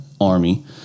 Army